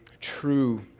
true